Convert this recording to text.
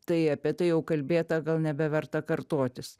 tai apie tai jau kalbėta gal nebeverta kartotis